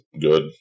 good